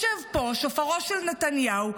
שופרו של נתניהו,